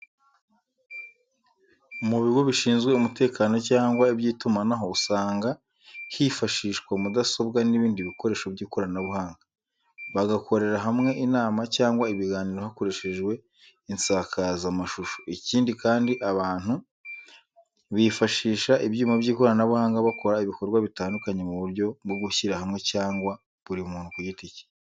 Mu bigo bishinzwe umutekano cyangwa by'itumanaho usanga hifashishwa mudasobwa n'ibindi bikoresho by'ikoranabuhanga, bagakorera hamwe inama cyangwa ibiganiro bakoresheje insakazamashusho, ikindi kandi abantu bifashisha ibyuma by'ikoranabuhanga bakora ibikorwa bitandukanye mu buryo bwo gushyira hamwe cyangwa buri muntu ku giti cye.